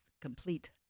complete